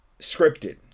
scripted